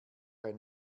ein